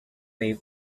wave